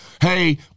Hey